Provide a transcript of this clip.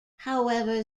however